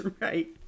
right